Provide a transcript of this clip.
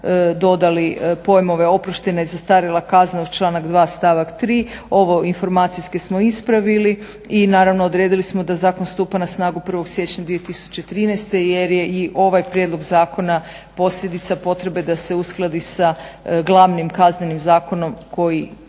dodali pojmove oproštajna i zastarjela kazna uz članak 2. stavak 3. Ovo informacijske smo ispravili i naravno odredili smo da zakon stupa na snagu 1. siječnja 2013. jer je i ovaj prijedlog zakona posljedica potrebe da se uskladi sa glavnim Kaznenim zakonom koji